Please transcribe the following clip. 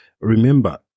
remember